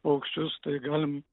paukščius tai galim